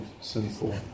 sinful